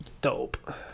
dope